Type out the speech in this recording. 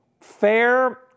fair